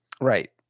Right